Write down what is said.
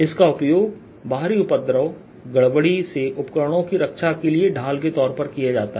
इसका उपयोग बाहरी उपद्रव गड़बड़ी से उपकरणों की रक्षा के लिए ढाल के तौर पर किया जाता है